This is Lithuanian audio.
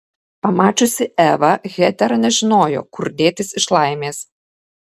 pamačiusi evą hetera nežinojo kur dėtis iš laimės